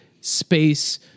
space